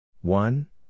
One